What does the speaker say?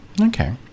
Okay